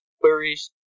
queries